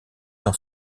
dans